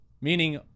meaning